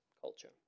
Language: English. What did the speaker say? culture